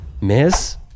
Miss